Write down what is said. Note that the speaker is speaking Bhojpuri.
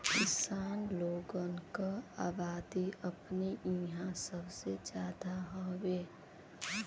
किसान लोगन क अबादी अपने इंहा सबसे जादा हउवे